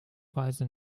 weise